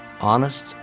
honest